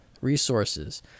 resources